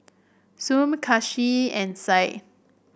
Shuib Kasih and Said